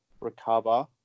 recover